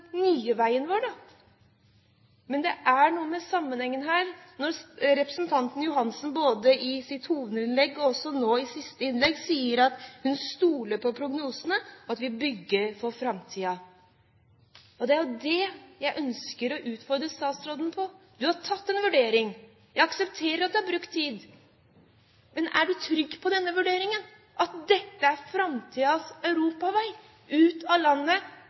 nye veien vår, da? Men det er noe med sammenhengen her, når representanten Johansen både i sitt hovedinnlegg og nå i sitt siste innlegg sier at hun stoler på prognosene, og at vi bygger for framtiden. Det er nettopp det jeg ønsker å utfordre statsråden på: Du har tatt en vurdering. Jeg aksepterer at du har brukt tid, men er du trygg på denne vurderingen, at dette er framtidens europavei – ut av landet,